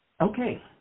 Okay